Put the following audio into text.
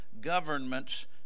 governments